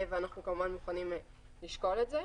ואנחנו כמובן מוכנים לשקול את זה.